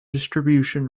distribution